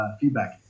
feedback